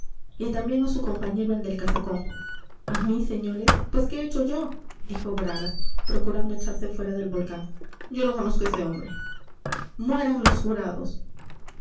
y también a su compañero el del casacón a mí señores pues qué he hecho yo dijo bragas procurando echarse fuera del volcán yo no conozco a ese hombre mueran los jurados